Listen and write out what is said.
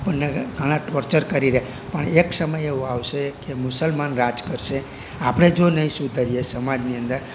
આપણને ઘણા ટોર્ચર કરી રહ્યા પણ એક સમય એવો આવશે કે મુસલમાન રાજ કરશે આપણે જો નહીં સુધરીએ સમાજની અંદર